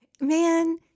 Man